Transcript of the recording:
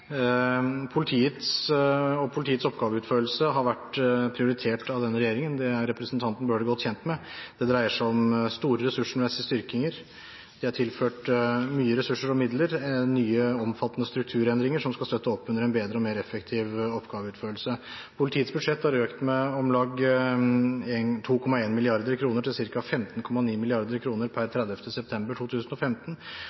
og politiets oppgaveutførelse – har vært prioritert av denne regjeringen. Det er representanten Bøhler godt kjent med. Det dreier seg om store ressursmessige styrkinger. Det er tilført mye ressurser og midler, og nye, omfattende strukturendringer skal støtte opp under en bedre og mer effektiv oppgaveutførelse. Politiets budsjett er økt med om lag 2,1 mrd. kr til ca. 15,9 mrd. kr per 30. september 2015,